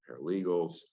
paralegals